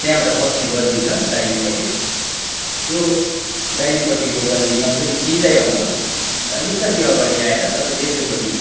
त्यहाँ एउटा पस्ने गल्ली छ दाइनेपट्टि त्यो दाइनेपट्टिको गल्ली नछोडी सिधै आउनुहोस् अन्त अलिकति अगाडि आएर तपाईँ देब्रेपट्टि